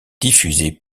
diffusée